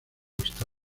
costa